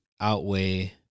outweigh